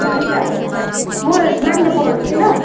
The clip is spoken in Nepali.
हुन्छ म नानीलाई पठाउँदै छु ल